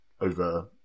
over